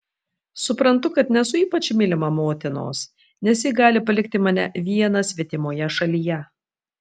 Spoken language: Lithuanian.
suprantu kad nesu ypač mylima motinos nes ji gali palikti mane vieną svetimoje šalyje